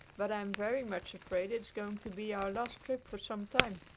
but i am very much afraid it is going to be our last trip for some time.